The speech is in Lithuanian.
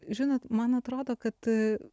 žinot man atrodo kad